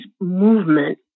movement